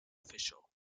official